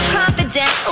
confident